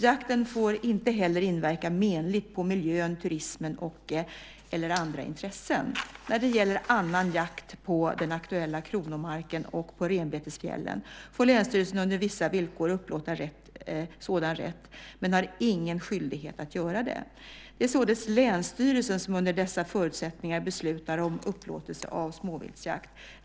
Jakten får inte heller inverka menligt på miljön, turismen eller andra intressen. När det gäller annan jakt på den aktuella kronomarken och på renbetesfjällen får länsstyrelsen under vissa villkor upplåta sådan rätt men har ingen skyldighet att göra det. Det är således länsstyrelsen som under dessa förutsättningar beslutar om upplåtelse av småviltsjakt.